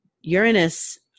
Uranus